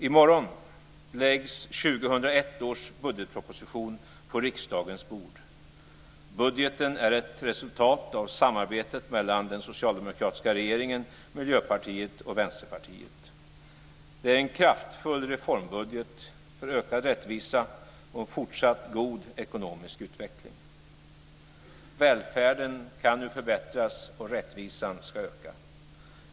I morgon läggs 2001 års budgetproposition på riksdagens bord. Budgeten är ett resultat av samarbetet mellan den socialdemokratiska regeringen, Miljöpartiet och Vänsterpartiet. Det är en kraftfull reformbudget för ökad rättvisa och en fortsatt god ekonomisk utveckling. Välfärden kan nu förbättras och rättvisan ska öka.